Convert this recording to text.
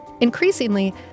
Increasingly